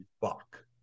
Fuck